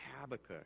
Habakkuk